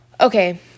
Okay